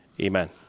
Amen